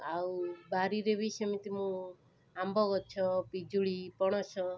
ଆଉ ବାରିରେ ବି ସେମିତି ମୁଁ ଆମ୍ବଗଛ ପିଜୁଳି ପଣସ